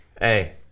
Hey